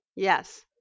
Yes